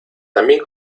también